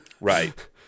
Right